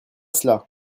cela